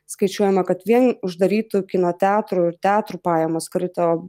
skaičiuojama kad vien uždarytų kino teatrų teatrų pajamos krito